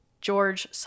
George